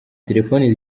telefoni